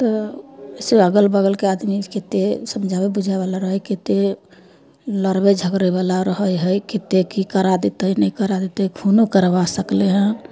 तऽ से अगल बगलके आदमी कतेक समझाबै बुझाबैवला रहै कतेक लड़बै झगड़ैवला रहै हइ कतेक कि करा देतै नहि करा देतै खूनो करबा सकले हइ